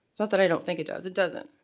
not that i don't think it does, it doesn't.